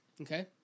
Okay